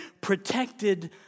protected